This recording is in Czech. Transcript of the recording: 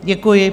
Děkuji.